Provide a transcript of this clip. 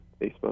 Facebook